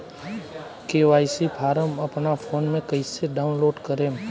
KYC form अपना phone मे कइसे डाऊनलोड करेम?